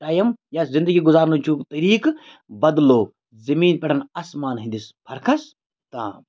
time یا زندگی گُزارنٕچ چھُ طٔریٖقہٕ بدلو زٔمیٖن پیٚٹھ آسمان ہٕنٛدِس فرکھَس تام